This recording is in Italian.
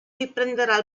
riprenderà